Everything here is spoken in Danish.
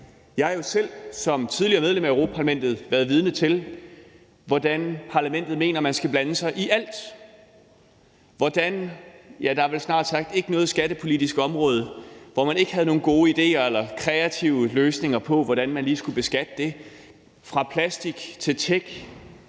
Jeg har jo selv som tidligere medlem af Europa-Parlamentet været vidne til, hvordan Parlamentet mener, man skal blande sig i alt. Ja, der var vel snart sagt ikke noget skattepolitisk område, hvor man ikke havde nogle gode idéer eller kreative løsninger på, hvordan man lige skulle beskatte det, fra plastik til tech,